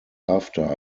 after